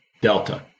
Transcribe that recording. Delta